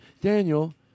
Daniel